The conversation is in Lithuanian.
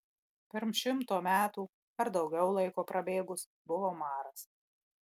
pirm šimto metų ar daugiau laiko prabėgus buvo maras